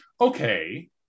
okay